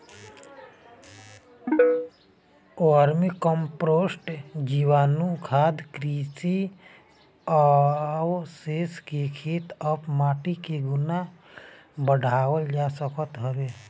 vermi compost, जीवाणुखाद, कृषि अवशेष से खेत कअ माटी के गुण बढ़ावल जा सकत हवे